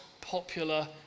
popular